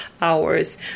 hours